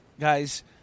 Guys